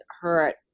hurt